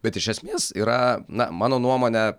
bet iš esmės yra na mano nuomone